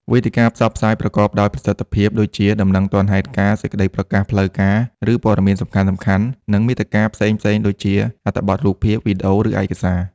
វេទិកាផ្សព្វផ្សាយប្រកបដោយប្រសិទ្ធភាពដូចជា ដំណឹង ទាន់ហេតុការណ៍ សេចក្តីប្រកាស ផ្លូវការ ឬព័ត៌មានសំខាន់ៗ និងមាតិកា ផ្សេងៗដូចជា អត្ថបទ រូបភាព វីដេអូ ឬឯកសារ។